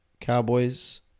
cowboys